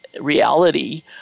reality